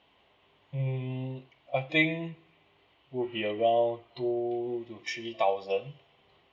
mm I think would be around two to three thousand